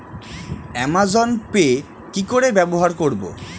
Amazon Pay কি করে ব্যবহার করব?